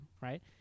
right